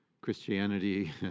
Christianity